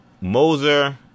Moser